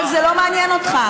אבל זה לא מעניין אותך.